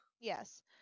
Yes